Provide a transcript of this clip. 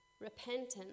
repentance